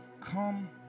come